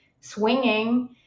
swinging